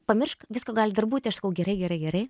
pamiršk visko gali dar būti aš sakau gerai gerai gerai